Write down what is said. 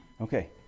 Okay